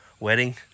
Wedding